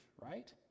right